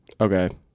okay